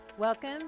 Welcome